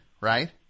Right